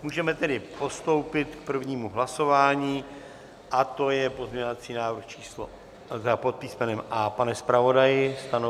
Můžeme tedy postoupit k prvnímu hlasování, a to je pozměňovací návrh pod písmenem A. Pane zpravodaji, stanovisko?